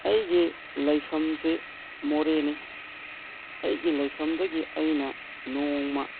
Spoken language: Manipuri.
ꯑꯩꯒꯤ ꯂꯩꯐꯝꯁꯤ ꯃꯣꯔꯦꯅꯤ ꯑꯩꯒꯤ ꯂꯩꯐꯝꯗꯒꯤ ꯑꯩꯅ ꯅꯣꯡꯃ